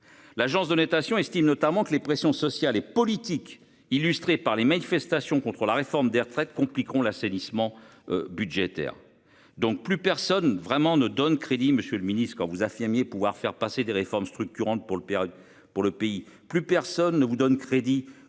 L'agence de notation estime notamment que les pressions sociales et politiques illustrée par les manifestations contre la réforme des retraites compliquons l'assainissement. Budgétaire donc plus personne vraiment ne donne crédit. Monsieur le Ministre, quand vous affirmiez pouvoir faire passer des réformes structurantes pour le père pour le pays. Plus personne ne vous donne crédit